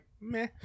Meh